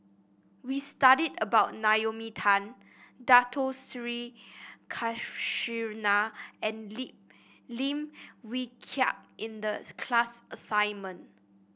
we studied about Naomi Tan Dato Sri Krishna and Lim Lim Wee Kiak in the class assignment